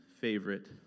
favorite